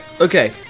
Okay